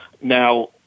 Now